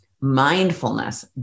mindfulness